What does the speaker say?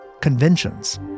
conventions